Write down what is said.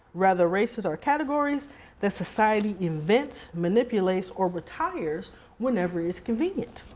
rather races are categories that society invents, manipulates or retires whenever it's convenient.